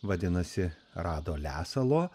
vadinasi rado lesalo